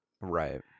Right